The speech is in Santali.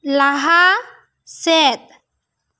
ᱞᱟᱦᱟ ᱥᱮᱫ